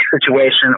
situation